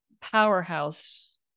powerhouse